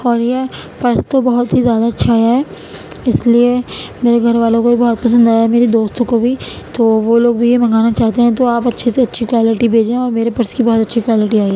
اور یہ پرس تو بہت ہی زیادہ اچھا ہے اس لیے میرے گھر والوں کو بھی بہت پسند آیا ہے میرے دوستوں کو بھی تو وہ لوگ بھی یہ منگانا چاہتے ہیں تو آپ اچھے سے اچھی کوائلٹی بھیجیں اور میرے پرس کی بہت اچھی کوائلٹی آئی ہے